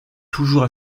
toujours